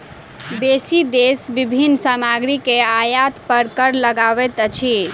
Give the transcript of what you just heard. बेसी देश विभिन्न सामग्री के आयात पर कर लगबैत अछि